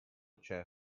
chair